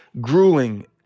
grueling